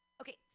Okay